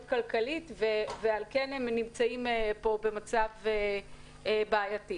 כלכלית ועל כן הם נמצאים במצב בעייתי.